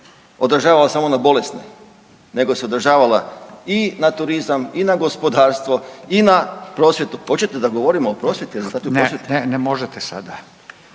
odražavala samo na bolesne nego se odražavala i na turizam i na gospodarstvo i na prosvjetu. Hoćete da govorimo o prosvjeti …/Govornik se